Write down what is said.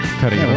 cutting